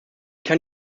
kann